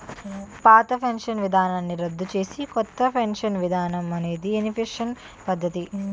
పాత పెన్షన్ విధానాన్ని రద్దు చేసి కొత్త పెన్షన్ విధానం అనేది ఎన్పీఎస్ పద్ధతి